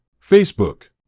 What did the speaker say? Facebook